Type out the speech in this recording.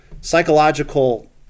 psychological